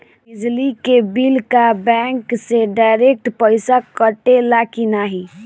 बिजली के बिल का बैंक से डिरेक्ट पइसा कटेला की नाहीं?